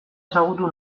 ezagutu